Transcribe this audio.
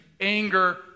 anger